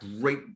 great